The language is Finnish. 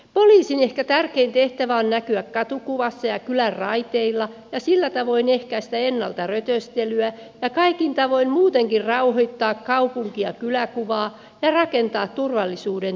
poliisin ehkä tärkein tehtävä on näkyä katukuvassa ja kylänraiteilla ja sillä tavoin ehkäistä ennalta rötöstelyä ja kaikin tavoin muutenkin rauhoittaa kaupunki ja kyläkuvaa ja rakentaa turvallisuudentunnetta